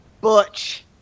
Butch